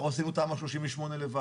אנחנו עשינו תמ"א 38 לבד,